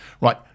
Right